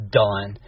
done